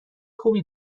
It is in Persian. خوبی